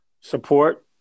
support